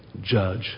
judge